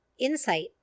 insight